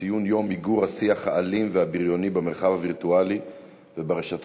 ציון יום מיגור השיח האלים והבריוני במרחב הווירטואלי וברשתות